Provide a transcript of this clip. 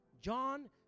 John